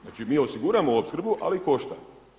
Znači mi osiguramo opskrbu ali i košta.